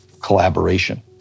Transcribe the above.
collaboration